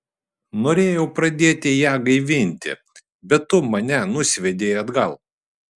norėjau pradėti ją gaivinti bet tu mane nusviedei atgal